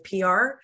PR